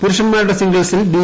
പുരുഷൻമാരുടെ സിംഗിൾസിൽ ബി